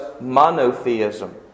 monotheism